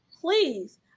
please